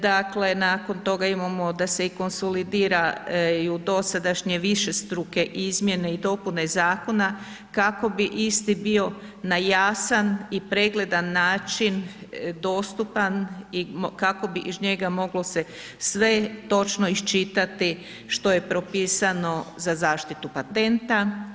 Dakle, nakon toga imamo da se i konsolidiraju dosadašnje višestruke izmjene i dopune zakona kako bi isti bio na jasan i pregledan način dostupan i kako bi iz njega moglo se sve točno iščitati što je propisano za zaštitu patenta.